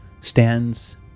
stands